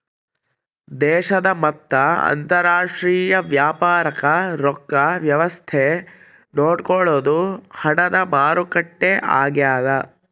ದೇಶದ ಮತ್ತ ಅಂತರಾಷ್ಟ್ರೀಯ ವ್ಯಾಪಾರಕ್ ರೊಕ್ಕ ವ್ಯವಸ್ತೆ ನೋಡ್ಕೊಳೊದು ಹಣದ ಮಾರುಕಟ್ಟೆ ಆಗ್ಯಾದ